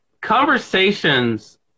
Conversations